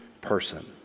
person